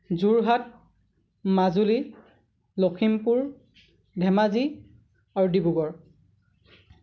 যোৰহাট মাজুলী লখিমপুৰ ধেমাজি আৰু ডিব্ৰুগড়